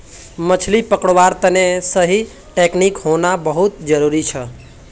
मछली पकड़वार तने सही टेक्नीक होना बहुत जरूरी छ